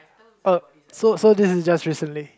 but so so this is just recently